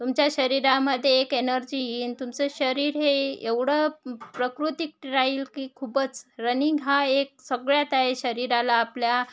तुमच्या शरीरामध्ये एक एनर्जी येईल तुमचं शरीर हे एवढं प्राकृतिक राहील की खूपच रनिंग हा एक सगळ्यात आहे शरीराला आपल्या